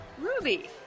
Ruby